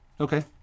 Okay